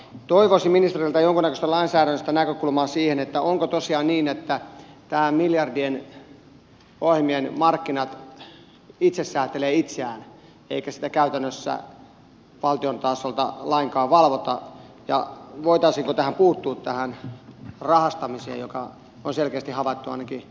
toivoisin ministeriöltä jonkunnäköistä lainsäädännöllistä näkökulmaa siihen onko tosiaan niin että nämä miljardien eurojen ohjelmien markkinat itse säätelevät itseään eikä sitä käytännössä valtion tasolta lainkaan valvota ja voitaisiinko puuttua tähän rahastamiseen joka on selkeästi havaittu ainakin vantaalla